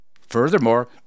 Furthermore